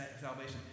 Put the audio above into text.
salvation